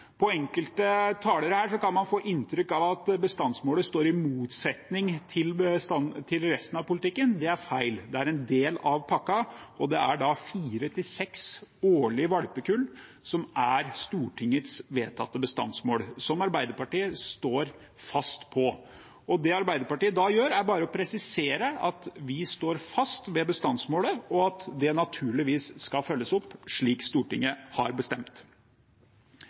på Stortinget. På enkelte talere her kan man få inntrykk av at bestandsmålet står i motsetning til resten av politikken, men det er feil. Det er en del av pakken, og det er fire–seks årlige valpekull som er Stortingets vedtatte bestandsmål, og som Arbeiderpartiet står fast ved. Det Arbeiderpartiet da gjør, er bare å presisere at vi står fast ved bestandsmålet, og at det naturligvis skal følges opp slik Stortinget har bestemt.